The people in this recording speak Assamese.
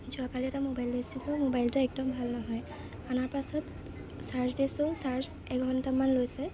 যোৱাকালি এটা মোবাইল লৈছিলোঁ মোবাইলটো একদম ভাল নহয় অনাৰ পাছত চাৰ্জ দিছোঁ চাৰ্জ এঘণ্টামান লৈছে